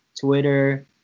Twitter